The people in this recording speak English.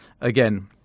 again